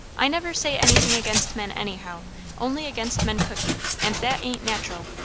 i never say anything against men anyhow only against men cooking and that ain't natural.